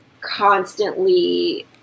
constantly